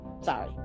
sorry